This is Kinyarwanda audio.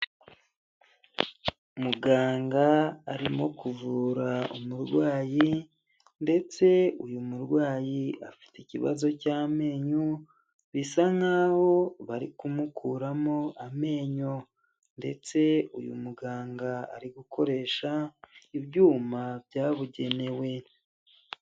Muganga arimo kuvura umurwayi ndetse uyu murwayi afite ikibazo cy'amenyo, bisa nkaho bari kumukuramo amenyo ndetse uyu muganga ari gukoresha ibyuma byabugenewe.